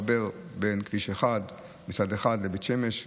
בין כביש 1 מצד אחד לבית שמש,